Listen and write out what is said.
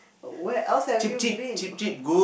but where else have you been